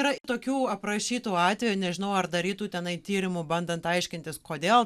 yra tokių aprašytų atvejų nežinau ar darytų tenai tyrimų bandant aiškintis kodėl